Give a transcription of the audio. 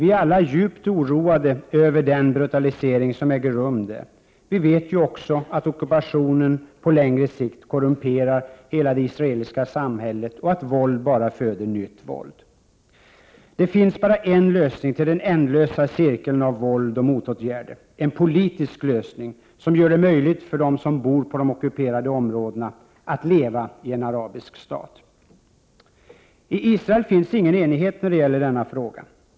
Vi är alla djupt oroade över den brutalisering som äger rum. Vi vet också att ockupationen på längre sikt korrumperar hela det israeliska samhället och att våld bara föder nytt våld. Det finns bara en lösning när det gäller den ändlösa cirkelgången av våld och motåtgärder: en politisk lösning som gör det möjligt för dem som bor i de ockuperade områdena att leva i en arabisk stat. I Israel finns det ingen enighet när det gäller denna fråga.